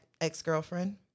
ex-girlfriend